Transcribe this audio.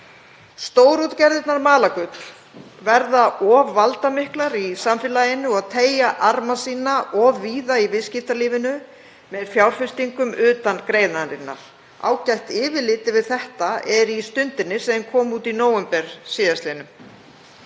Stórútgerðirnar mala gull, verða of valdamiklar í samfélaginu og teygja arma sína of víða í viðskiptalífinu með fjárfestingum utan greinarinnar. Ágætt yfirlit yfir þetta er í Stundinni sem kom út í nóvember síðastliðnum.